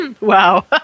Wow